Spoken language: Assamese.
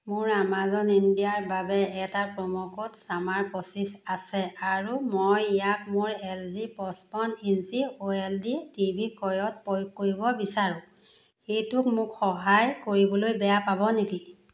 মোৰ আমাজন ইণ্ডিয়াৰ বাবে এটা প্ৰ'ম' কোড 'চামাৰ পঁচিছ ' আছে আৰু মই ইয়াক মোৰ এলজি পঁচপন্ন ইঞ্চি অ' এলজি টিভি ক্ৰয়ত প্ৰয়োগ কৰিব বিচাৰোঁ সেইটোত মোক সহায় কৰিবলৈ বেয়া পাব নেকি